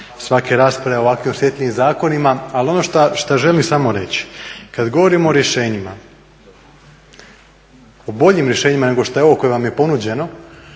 svake rasprave o ovakvim osjetljivim zakonima. Ali ono što želim samo reći, kad govorimo o rješenjima, o boljim rješenjima nego što je ovo koje vam je ponuđeno,